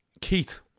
Keith